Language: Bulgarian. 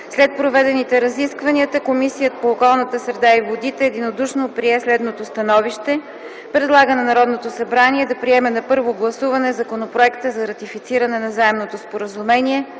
След проведените разисквания Комисията по околната среда и водите единодушно прие следното становище: Предлага на Народното събрание да приеме на първо гласуване Законопроекта за ратифициране на Заемното споразумение